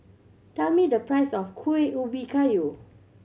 tell me the price of Kueh Ubi Kayu